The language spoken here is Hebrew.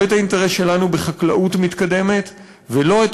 לא את האינטרס שלנו בחקלאות מתקדמת ולא את